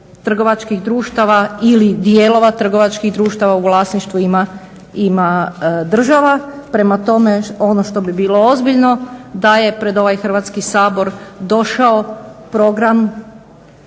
trgovačkih društava ili dijelova trgovačkih društava u vlasništvu ima država. Prema tome, ono što bi bilo ozbiljno da je pred ovaj Hrvatski sabor došao program